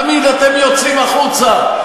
תמיד אתם יוצאים החוצה,